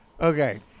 okay